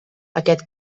aquest